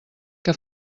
que